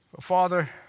Father